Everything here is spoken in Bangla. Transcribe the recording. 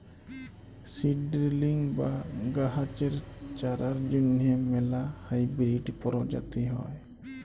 সিড ডিরিলিং বা গাহাচের চারার জ্যনহে ম্যালা হাইবিরিড পরজাতি হ্যয়